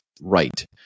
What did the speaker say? right